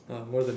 uh more than